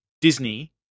Disney